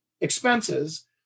expenses